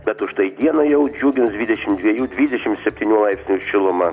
bet už tai dieną jau džiugins dvidešim dviejų dvidešim septynių laipsnių šiluma